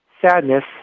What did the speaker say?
sadness